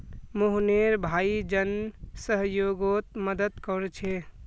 मोहनेर भाई जन सह्योगोत मदद कोरछे